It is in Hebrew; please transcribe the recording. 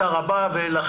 למה?